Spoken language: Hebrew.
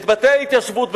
את בתי ההתיישבות,